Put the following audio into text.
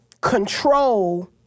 control